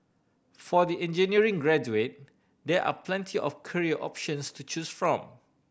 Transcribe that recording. for the engineering graduate there are plenty of career options to choose from